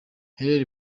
hailey